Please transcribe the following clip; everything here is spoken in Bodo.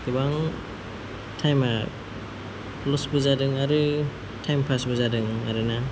गोबां टाइमा ल'सबो जादों आरो टाइम पासबो जादों आरोना